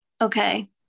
Okay